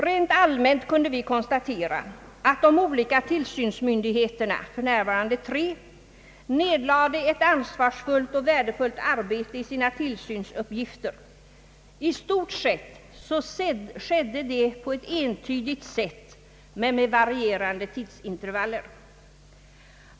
Rent allmänt kunde vi konstatera att de olika tillsynsmyndigheterna, f.n. tre, nedlade ett ansvarsfullt och värdefullt arbete i sina tillsynsuppgifter. I stort sett skedde det på ett entydigt vis men med varierande tidsintervaller.